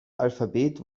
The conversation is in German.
alphabet